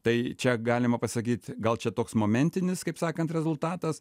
tai čia galima pasakyt gal čia toks momentinis kaip sakant rezultatas